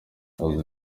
yagize